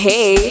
Hey